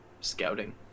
scouting